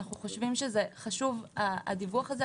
אנו חושבים שהדיווח הזה חשוב,